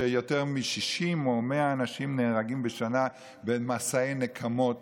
שיותר מ-60 או 100 אנשים נהרגים בשנה במסעי נקמות